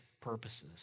purposes